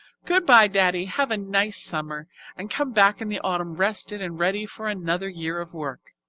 goodbye, daddy. have a nice summer and come back in the autumn rested and ready for another year of work.